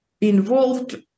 involved